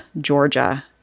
Georgia